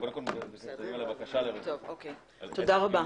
תודה רבה.